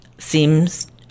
Seems